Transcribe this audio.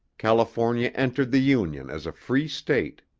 california entered the union as a free state.